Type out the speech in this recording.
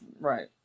Right